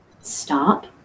stop